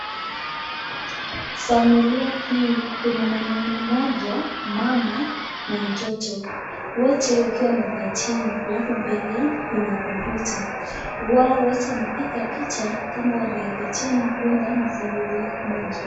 Familia hii kuna mwanaume moja, mama na mtoto. Wote wakiwa wamekumbatiana, alafu mbele yao kuna computor , wao wote wame piga picha kama wamegumpatiana kama familia moja.